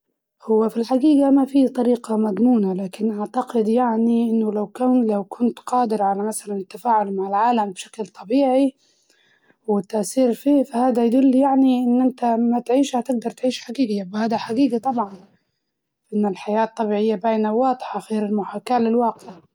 هو في الحقيقة ما في طريقة مضمونة لكن أعتقد يعني إنه لو كو- لو كنت قادر على مسلاً التفاعل مع العالم بشكل طبيعي وتسير فيه فهدا يدل يعني إن أنت ما تعيش حتقدر تعيش حقيقي وهاد حقيقة طبعاً، إن الحياة الطبيعية باينة واضحة غير المحاكاة للواقع.